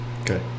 okay